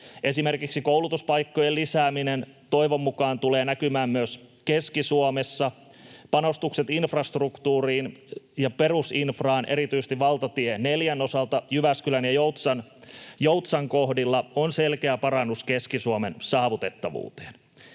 Esimerkiksi koulutuspaikkojen lisääminen toivon mukaan tulee näkymään myös Keski-Suomessa. Panostukset infrastruktuuriin ja perusinfraan erityisesti valtatie 4:n osalta Jyväskylän ja Joutsan kohdilla on selkeä parannus Keski-Suomen saavutettavuuteen.